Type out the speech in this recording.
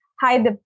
Hi